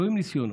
רואים ניסיונות,